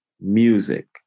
music